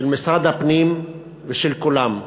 של משרד הפנים ושל כולם.